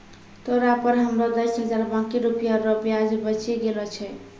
तोरा पर हमरो दस हजार बाकी रुपिया रो ब्याज बचि गेलो छय